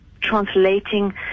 translating